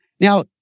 Now